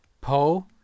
Poe